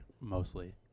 Mostly